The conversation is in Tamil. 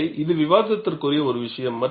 எனவே இது விவாதத்திற்குரிய ஒரு விஷயம்